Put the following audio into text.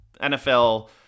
NFL